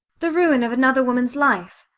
the ruin of another woman's life.